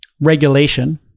regulation